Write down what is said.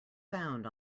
found